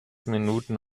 minuten